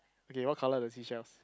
okay what colour are the seashells